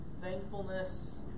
thankfulness